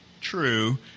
true